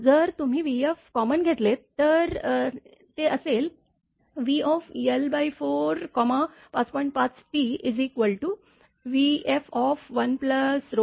जर तुम्ही vf common घेतले तर ते असेल vl45